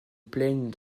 plaignent